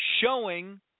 showing